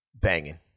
Banging